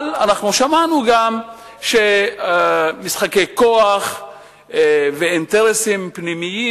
אבל אנחנו שמענו גם שמשחקי כוח ואינטרסים פנימיים